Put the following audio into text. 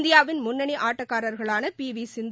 இந்தியாவின் முன்னணிஆட்டக்காரர்களானபிவிசிந்து